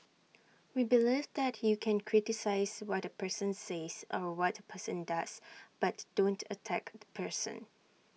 we believe that you can criticise what A person says or what person does but don't attack the person